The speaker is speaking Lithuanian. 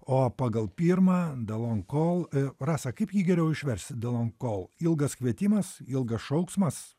o pagal pirmą dalon kol rasa kaip jį geriau išversti dalon kol ilgas kvietimas ilgas šauksmas